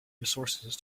resources